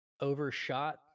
overshot